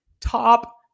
top